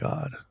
God